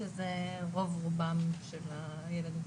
שזה רוב רובם של הילדים.